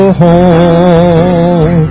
home